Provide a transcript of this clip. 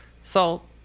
Salt